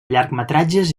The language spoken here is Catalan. llargmetratges